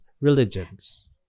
religions